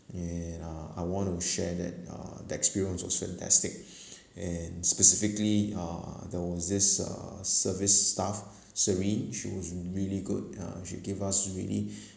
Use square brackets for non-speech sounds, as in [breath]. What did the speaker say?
and uh I want to share that uh the experience was so fantastic [breath] and specifically uh there was this uh service staff serene she was really good uh she give us really [breath]